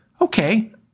Okay